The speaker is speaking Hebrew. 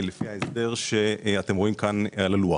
לפי ההסדר אותו אתם רואים כאן על הלוח.